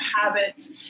habits